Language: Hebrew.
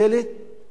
מדינת חוק